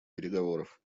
переговоров